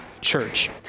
church